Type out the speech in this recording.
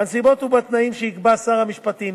בנסיבות ובתנאים שיקבע שר המשפטים,